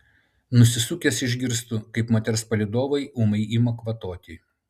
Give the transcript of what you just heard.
nusisukęs išgirstu kaip moters palydovai ūmai ima kvatoti